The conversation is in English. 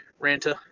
Ranta